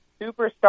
superstar